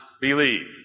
believe